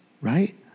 right